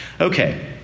Okay